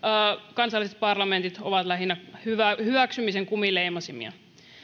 kansalliset parlamentit ovat lähinnä hyväksymisen kumileimasimia